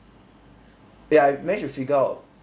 eh I managed to figure out